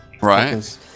Right